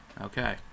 Okay